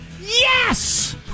Yes